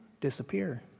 disappear